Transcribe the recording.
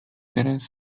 teraz